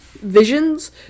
Visions